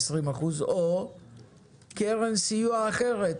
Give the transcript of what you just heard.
20 או קרן סיוע אחרת